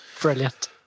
Brilliant